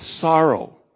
sorrow